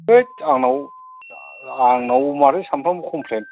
हैथ आंनाव आंनाव माथो सामफ्रामबो